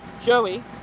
Joey